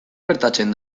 gertatzen